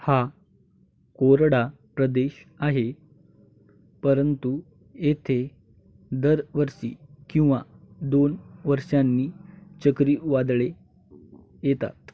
हा कोरडा प्रदेश आहे परंतु येथे दरवर्षी किंवा दोन वर्षांनी चक्रीवादळे येतात